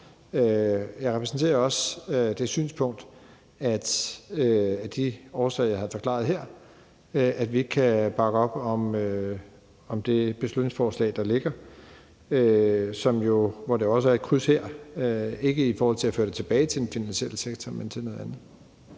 Jeg repræsenterer også det synspunkt af de årsager, jeg har forklaret her, at vi ikke kan bakke op om det beslutningsforslag, der ligger, hvor der jo også er et kryds, ikke i forhold til at føre det tilbage til den finansielle sektor, men til noget andet.